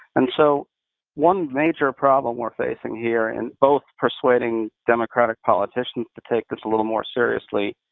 and so one major problem we're facing here in both persuading democratic politicians to take this a little more seriously,